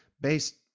based